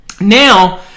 Now